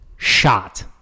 shot